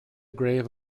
grave